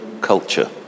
culture